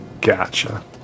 Gotcha